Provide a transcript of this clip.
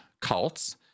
cults